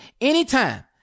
anytime